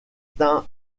tint